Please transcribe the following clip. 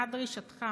דוגמת דרישתך,